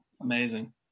amazing